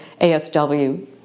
ASW